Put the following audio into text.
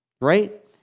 right